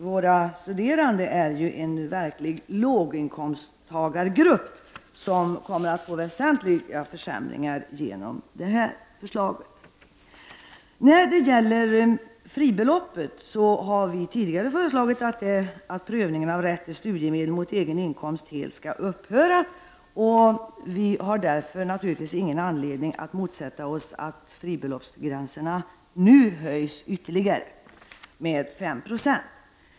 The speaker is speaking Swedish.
Våra studerande är ju en verklig låginkomsttagargrupp som kommer att få väsentliga försämringar genom detta förslag. När det gäller fribeloppet har vi tidigare föreslagit att prövning av rätt till studiemedel mot egen inkomst helt skall upphöra. Vi har därför naturligtvis ingen anledning att motsätta oss att fribeloppsgränsen nu höjs med ytterligare 5 9.